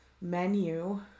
menu